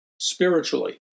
spiritually